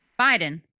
Biden